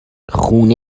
خونه